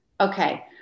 Okay